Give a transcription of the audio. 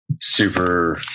super